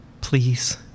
please